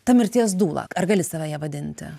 ta mirties dūla ar gali save ja vadinti